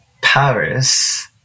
Paris